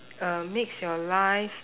uh makes your life